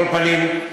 על כל פנים,